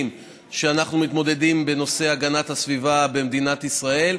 שאנחנו מתמודדים איתם בנושא הגנת הסביבה במדינת ישראל.